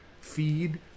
feed